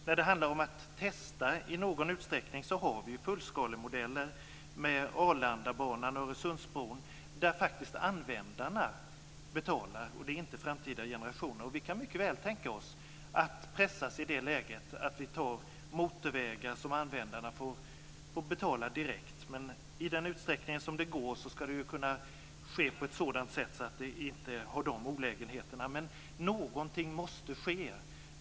När det gäller att i någon utsträckning testa det hela så har ju vi fullskalemodeller - Arlandabanan och Öresundsbron. Där betalar faktiskt användarna, och inte framtida generationer. Vi kan mycket väl tänka oss att pressade i ett sådant här läge ha motorvägar som användarna får betala direkt. I den utsträckning det går ska det kunna ske på ett sådant sätt att det inte för med sig olägenheter. Någonting måste ske!